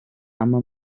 اما